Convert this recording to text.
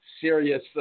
serious